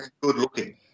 Good-looking